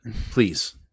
please